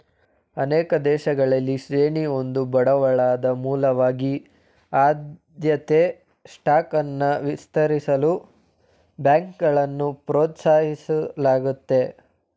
ಅನೇಕ ದೇಶಗಳಲ್ಲಿ ಶ್ರೇಣಿ ಒಂದು ಬಂಡವಾಳದ ಮೂಲವಾಗಿ ಆದ್ಯತೆಯ ಸ್ಟಾಕ್ ಅನ್ನ ವಿತರಿಸಲು ಬ್ಯಾಂಕ್ಗಳನ್ನ ಪ್ರೋತ್ಸಾಹಿಸಲಾಗುತ್ತದೆ